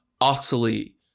utterly